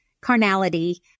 carnality